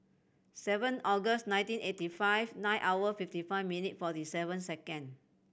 seven August nineteen eighty five nine hour fifty five minute forty seven second